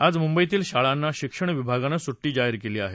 आज मुंबईतील शाळांना शिक्षण विभागानं सुट्टी जाहीर केली आहे